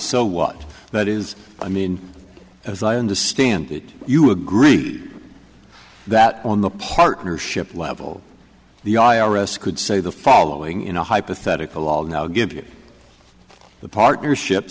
so what that is i mean as i understand it you agree that on the partnership level the i r s could say the following in a hypothetical log now give you the partnership